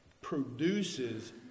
produces